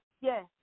Yes